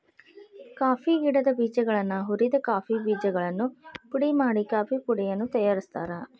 coffee ಗಿಡದ ಬೇಜಗಳನ್ನ ಹುರಿದ ಕಾಫಿ ಬೇಜಗಳನ್ನು ಪುಡಿ ಮಾಡಿ ಕಾಫೇಪುಡಿಯನ್ನು ತಯಾರ್ಸಾತಾರ